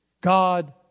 God